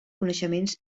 coneixements